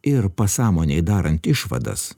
ir pasąmonei darant išvadas